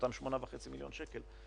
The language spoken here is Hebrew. אותם 8.5 מיליוני שקלים,